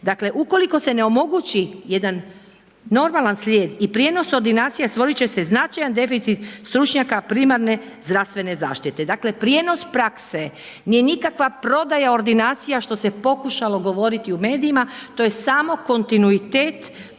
Ukoliko se ne omogući jedan normalan slijed i prijenos ordinacija, stvorit će se značajan deficit stručnjaka primarne zdravstvene zaštite. Dakle prijenos prakse nije nikakva prodaja ordinacija što se pokušalo govoriti u medijima, to je samo kontinuitet prakse